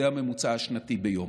זה הממוצע השנתי ביום.